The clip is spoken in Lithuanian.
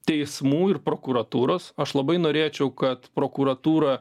teismų ir prokuratūros aš labai norėčiau kad prokuratūra